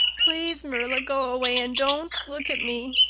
please, marilla, go away and don't look at me.